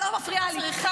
את לא מפריעה לי.